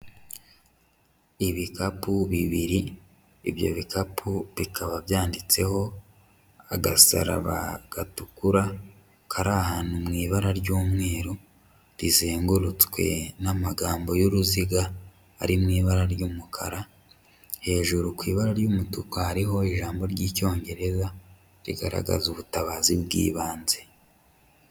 Ibikapu bibiri, ibyo bikapu bikaba byanditseho agasaraba gatukura kari ahantu mu ibara ry'umweru, rizengurutswe n'amagambo y'uruziga ari mu ibara ry'umukara, hejuru ku ibara ry'umutuku hariho ijambo ry'icyongereza rigaragaza ubutabazi bw'ibanze.